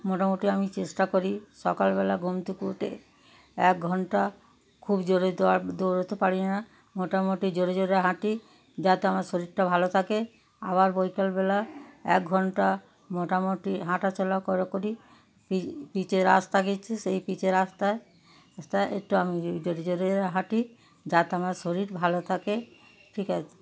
মোটামুটি আমি চেষ্টা করি সকালবেলা ঘুম থেকে উঠে এক ঘন্টা খুব জোরে দৌ আর দৌড়োতে পারি না মোটামুটি জোরে জোরে হাঁটি যাতে আমার শরীরটা ভালো থাকে আবার বিকালবেলা এক ঘন্টা মোটামুটি হাঁটা চলা করা করি পি পিচের রাস্তা গিয়েছে সেই পিচের রাস্তায় রাস্তায় একটু আমি জো জোরে জোরে হাঁটি যাতে আমার শরীর ভালো থাকে ঠিক আছে